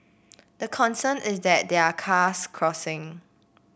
the concern is that there are cars crossing